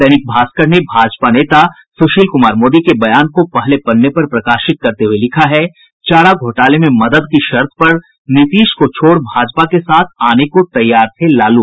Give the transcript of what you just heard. दैनिक भास्कर ने भाजपा नेता सुशील कुमार मोदी के बयान को पहले पन्ने पर प्रकाशित करते हुए लिखा है चारा घोटाले में मदद की शर्त पर नीतीश को छोड़ भाजपा के साथ आने को तैयार थे लालू